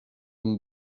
amb